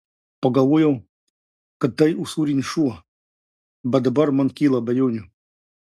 pagalvojau kad tai usūrinis šuo bet dabar man kyla abejonių